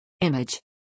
Image